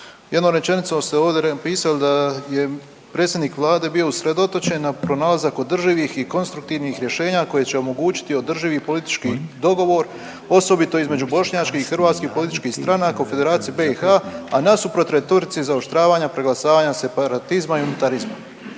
Jednom rečenicom ste ovdje napisali da je predsjednik Vlade bio usredotočen na pronalazak održivih i konstruktivnih rješenja koje će omogućiti održivi politički dogovor osobito između bošnjačkih i hrvatskih političkih stranaka u Federaciji BiH, a nasuprot retorici zaoštravanja preglasavanja separatizma i unitarizma.